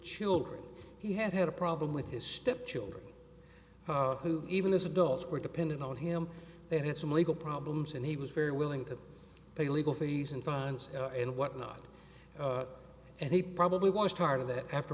children he had had a problem with his step children who even as adults were dependent on him they had some legal problems and he was very willing to pay legal fees and fines and whatnot and he probably was part of that after